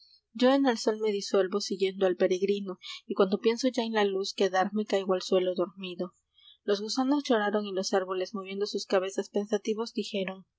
yo en el sol me disuelvo siguiendo al peregrino y cuando pienso ya en la luz quedarme caigo al suelo dormido los gusanos lloraron y los árboles moviendo sus cabezas pensativos dijeron